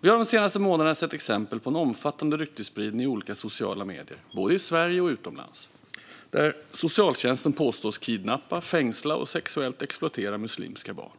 Vi har de senaste månaderna sett exempel på en omfattande ryktesspridning i olika sociala medier - både i Sverige och utomlands - där socialtjänsten påstås kidnappa, fängsla och sexuellt exploatera muslimska barn.